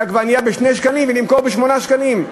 העגבניות ב-2 שקלים והיא מוכרת אותן ב-8 שקלים.